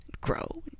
grow